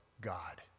God